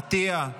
עטייה,